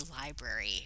Library